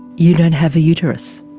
you don't have a uterus?